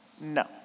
No